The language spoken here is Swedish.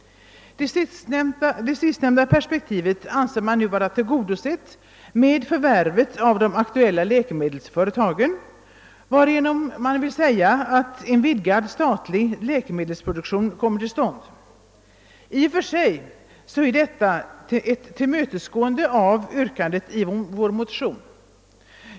Det sistnämnda perspektivet anser man vara tillgodosett med förvärvet av de aktuella läkemedelsföretagen. Därmed vill man säga att en vidgad statlig läkemedelsproduktion = kommit = till stånd, vilket i och för sig innebär ett tillmötesgående av yrkandet i vår motion.